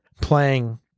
playing